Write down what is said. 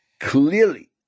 Clearly